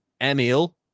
Emil